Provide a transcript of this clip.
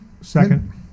Second